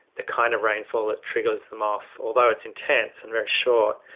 the kind of rainfall that triggers them off, although it's intense and very short,